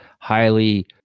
highly